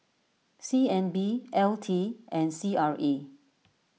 C N B L T and C R A